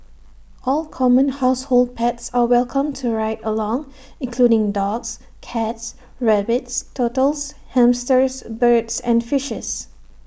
all common household pets are welcome to ride along including dogs cats rabbits turtles hamsters birds and fishes